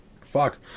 fuck